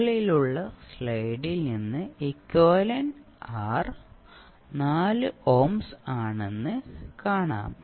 മുകളിലുള്ള സ്ലൈഡിൽ നിന്ന് എക്വിവാലെന്റ് R 4 ഓംസ് ആണെന്ന് കാണാം